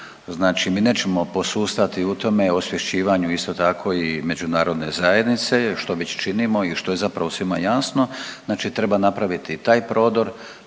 Znači mi nećemo posustati u tome osvješćivanju isto tako i međunarodne zajednice što već činimo i što je zapravo svima jasno, znači treba napraviti taj prodor,